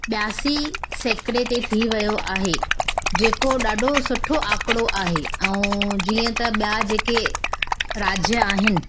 ॿियासी सेकिड़े ते थी वियो आहे जेको ॾाढो सुठो आकड़ो आहे ऐं जीअं त ॿिया जेके राज्य आहिनि